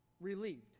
relieved